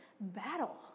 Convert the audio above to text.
battle